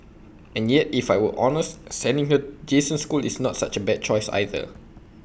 and yet if I were honest sending her Jason's school is not such A bad choice either